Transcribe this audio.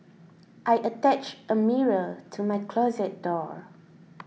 I attached a mirror to my closet door